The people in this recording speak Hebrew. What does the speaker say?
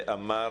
ואמר